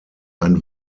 ein